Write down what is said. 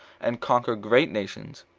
and conquer great nations.